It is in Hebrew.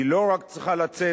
היא לא רק צריכה לצאת